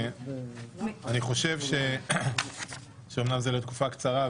אני חושב שאומנם זה לתקופה קצרה,